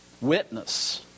Witness